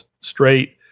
straight